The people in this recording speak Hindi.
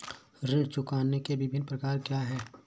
ऋण चुकाने के विभिन्न प्रकार क्या हैं?